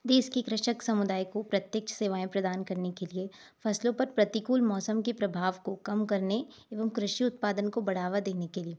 देश की कृषक समुदाय को प्रत्यक्ष सेवाएं प्रदान करने के लिए फ़सलों पर प्रतिकूल मौसम के प्रभाव को कम करने एवं कृषि उत्पादन को बढ़ावा देने के लिए